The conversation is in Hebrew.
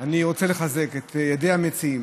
אני רוצה לחזק את ידי המציעים,